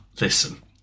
Listen